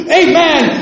amen